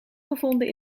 gevonden